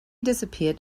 disappeared